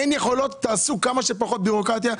תעשו כמה שפחות ביורוקרטיה,